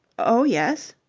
oh, yes?